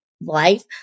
life